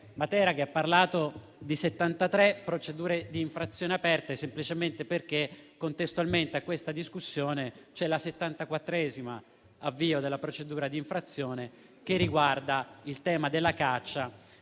Matera, che ha parlato di 73 procedure di infrazione aperte, semplicemente perché contestualmente a questa discussione c'è il settantaquattresimo avvio di una procedura di infrazione che riguarda il tema della caccia